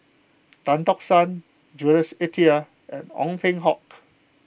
Tan Tock San Jules Itier and Ong Peng Hock